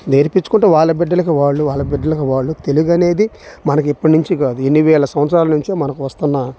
నేర్పించుకుంటే వాళ్ళ బిడ్డలకు వాళ్ళు వాళ్ళ బిడ్డలకు వాళ్ళు తెలుగు అనేది మనకి ఇప్పటి నుంచి కాదు ఎన్ని వేల సంవత్సరాల నుంచో మనకి వస్తున్న